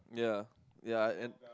yeah yeah I and